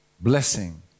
blessing